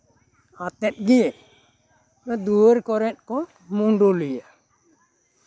ᱟᱛᱮᱜ ᱜᱮ ᱫᱩᱣᱟᱹᱨ ᱠᱚᱨᱮᱜ ᱠᱚ ᱢᱟᱹᱰᱟᱹᱞᱤᱭᱟ